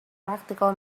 practical